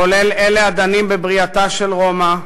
כולל אלה הדנים בבריאתה של רומא,